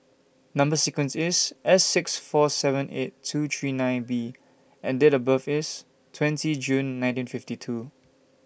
Number sequence IS S six four seven eight two three nine B and Date of birth IS twenty June nineteen fifty two